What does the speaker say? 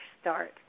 start